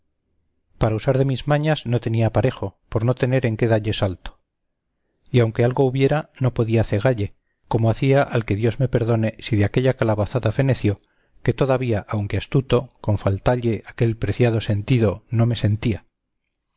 para usar de mis mañas no tenía aparejo por no tener en qué dalle salto y aunque algo hubiera no podia cegalle como hacía al que dios perdone si de aquella calabazada feneció que todavía aunque astuto con faltalle aquel preciado sentido no me sentía